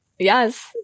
Yes